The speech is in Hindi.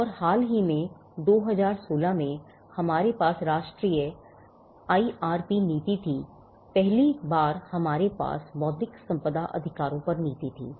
और हाल ही में 2016 में हमारे पास राष्ट्रीय आईआर पी नीति थी हमारे पास पहली बार बौद्धिक संपदा अधिकारों पर नीति थी